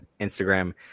Instagram